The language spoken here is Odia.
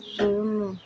ଶୂନ